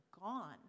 gone